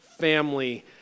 family